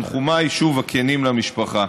תנחומיי הכנים למשפחה.